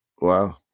Wow